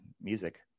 music